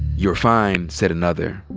you're fine, said another.